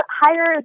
higher